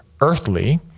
earthly